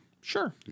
Sure